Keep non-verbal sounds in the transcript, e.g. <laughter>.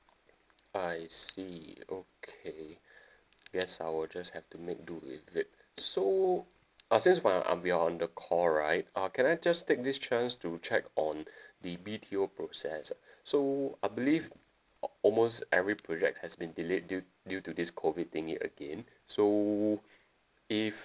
I see okay <breath> yes I will just have to make do with it so uh since my uh um we are on the call right uh can I just take this chance to check on <breath> the B_T_O process ah <breath> so I believe al~ almost every project has been delayed due due to this COVID thingy again so if